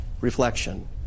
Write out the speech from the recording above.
reflection